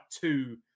two